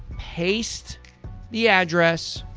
paste the address.